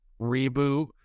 reboot